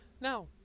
Now